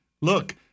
Look